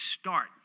start